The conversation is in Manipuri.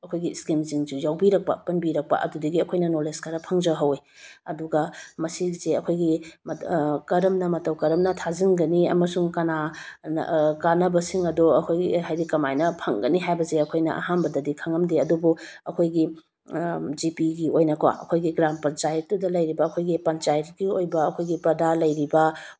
ꯑꯩꯈꯣꯏꯒꯤ ꯏꯁꯀꯤꯝꯁꯤꯡꯁꯨ ꯌꯥꯎꯕꯤꯔꯛꯄ ꯄꯥꯟꯕꯤꯔꯛꯄ ꯑꯗꯨꯗꯒꯤ ꯑꯩꯈꯣꯏꯅ ꯅꯧꯂꯦꯖ ꯈꯔ ꯐꯪꯖꯍꯧꯋꯤ ꯑꯗꯨꯒ ꯃꯁꯤꯁꯦ ꯑꯩꯈꯣꯏꯒꯤ ꯀꯔꯝꯅ ꯃꯇꯧ ꯀꯔꯝꯅ ꯊꯖꯤꯟꯒꯅꯤ ꯑꯃꯁꯨꯡ ꯀꯥꯟꯅꯕꯁꯤꯡ ꯑꯗꯨ ꯑꯩꯈꯣꯏꯒꯤ ꯍꯥꯏꯗꯤ ꯀꯃꯥꯏꯅ ꯐꯪꯒꯅꯤ ꯍꯥꯏꯕꯁꯦ ꯑꯩꯈꯣꯏꯅ ꯑꯍꯥꯟꯕꯗꯗꯤ ꯈꯪꯉꯝꯗꯦ ꯑꯗꯨꯕꯨ ꯑꯩꯈꯣꯏꯒꯤ ꯖꯤ ꯄꯤꯒꯤ ꯑꯣꯏꯅꯀꯣ ꯑꯩꯈꯣꯏꯒꯤ ꯒ꯭ꯔꯥꯝ ꯄꯟꯆꯥꯌꯦꯠꯇꯨꯗ ꯂꯩꯔꯤꯕ ꯑꯩꯈꯣꯏꯒꯤ ꯄꯟꯆꯥꯌꯦꯠꯀꯤ ꯑꯣꯏꯕ ꯑꯩꯈꯣꯏꯒꯤ ꯄ꯭ꯔꯥꯙꯟ ꯂꯩꯔꯤꯕ